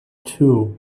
two